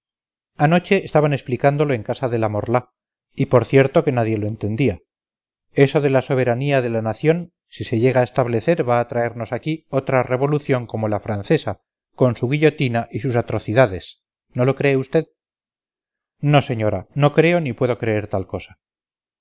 anoche estaban explicándolo en casa de la morlá y por cierto que nadie lo entendía eso de la soberanía de la nación si se llega a establecer va a traernos aquí otra revolución como la francesa con su guillotina y sus atrocidades no lo cree usted no señora no creo ni puedo creer tal cosa